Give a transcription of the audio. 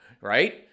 right